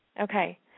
Okay